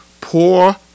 Poor